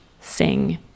sing